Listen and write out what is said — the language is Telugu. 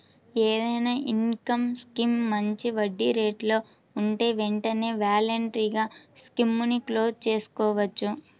ఏదైనా ఇన్కం స్కీమ్ మంచి వడ్డీరేట్లలో ఉంటే వెంటనే వాలంటరీగా స్కీముని క్లోజ్ చేసుకోవచ్చు